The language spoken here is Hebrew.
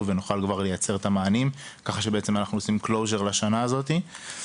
ונוכל לייצר את המענים כך שנעשה סגירה של השנה הזאת.